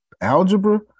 algebra